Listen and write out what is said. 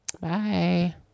Bye